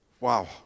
Wow